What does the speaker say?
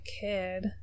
kid